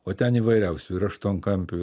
o ten įvairiausių ir aštuonkampių